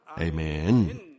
Amen